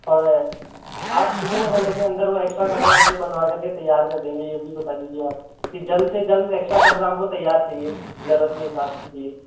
और आप कितने समय के अंदर वो एक्स्ट्रा कमरा हमको बनवा करके तैयार कर देंगे ये भी बता दीजिए आप कि जल्द से जल्द एक्स्ट्रा कमरा हमको तैयार चाहिए ज़रूरत के हिसाब से चाहिए